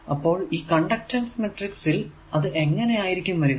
അപ്പോൾ ഈ conductance matrix ൽ അത് എങ്ങനെ ആയിരിക്കും വരിക